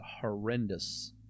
horrendous